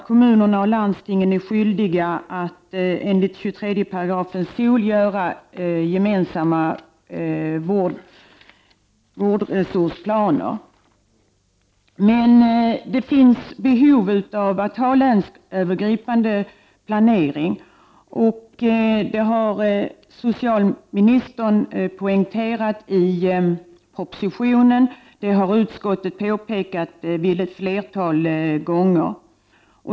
Kommunerna och landstingen är i dag enligt 23§ socialtjänstlagen skyldiga att göra upp gemensamma vårdresursplaner, men det finns behov av länsövergripande planering. Det har socialministern poängterat i propositionen, och det har utskottet påpekat ett flertal gånger.